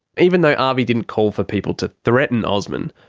even though avi didn't call for people to threaten osman,